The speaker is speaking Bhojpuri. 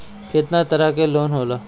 केतना तरह के लोन होला?